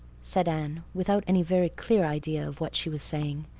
said anne, without any very clear idea of what she was saying.